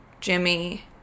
jimmy